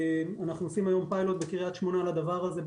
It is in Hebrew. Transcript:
אנחנו עושים היום פיילוט בקריית שמונה לדבר הזה,